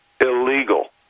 illegal